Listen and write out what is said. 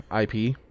IP